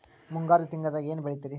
ಮುಂಗಾರು ತಿಂಗಳದಾಗ ಏನ್ ಬೆಳಿತಿರಿ?